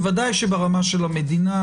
ודאי שברמת המדינה,